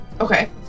Okay